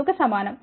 2 కు సమానం